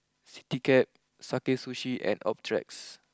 Citycab Sakae Sushi and Optrex